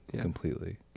Completely